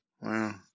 Wow